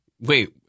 Wait